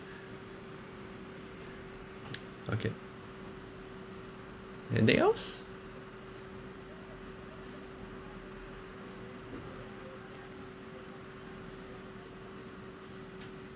okay anything else